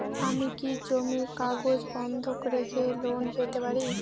আমি কি জমির কাগজ বন্ধক রেখে লোন পেতে পারি?